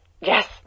Yes